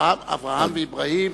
אדוני היושב-ראש,